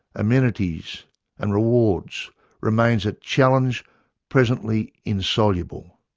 amenities and rewards remains a challenge presently insoluble.